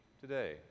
today